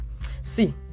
see